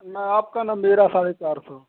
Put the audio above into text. न आपका न मेरा साढ़े चार सौ